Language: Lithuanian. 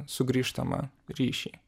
sugrįžtamą ryšį